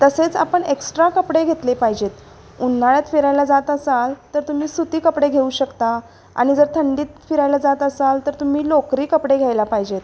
तसेच आपण एक्स्ट्रा कपडे घेतले पाहिजेत उन्हाळ्यात फिरायला जात असाल तर तुम्ही सुती कपडे घेऊ शकता आणि जर थंडीत फिरायला जात असाल तर तुम्ही लोकरी कपडे घ्यायला पाहिजेत